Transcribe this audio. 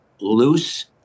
loose